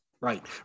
right